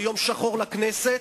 יום שחור לכנסת,